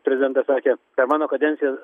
prezidentas sakė per mano kadenciją